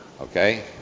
okay